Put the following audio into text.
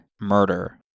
murder